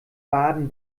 baden